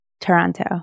Toronto